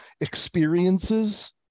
experiences